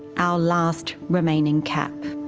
our last remaining cap.